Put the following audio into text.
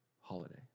holiday